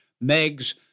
Meg's